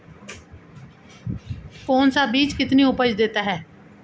कौन सा बीज कितनी उपज देता है?